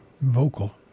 vocal